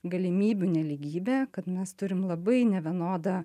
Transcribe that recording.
galimybių nelygybe kad mes turim labai nevienodą